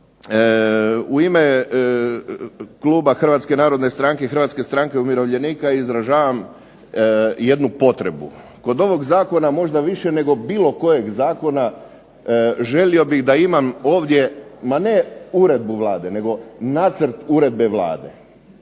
u ime kluba Hrvatske narodne stranke i Hrvatske stranke umirovljenika izražavam jednu potrebu. Kod ovog zakona možda više nego bilo kojeg zakona želio bih da imam ovdje ma ne uredbu Vlade, nego nacrt uredbe Vlade.